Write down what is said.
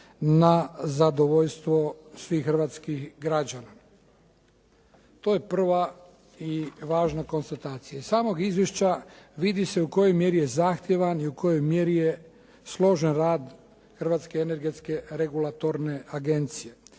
na zadovoljstvo svih hrvatskih građana. To je prva i važna konstatacija. Iz samog izvješća vidi se u kojoj mjeri je zahtjevan i u kojoj mjeri je složen rad Hrvatske energetske regulatorne agencije.